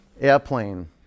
Airplane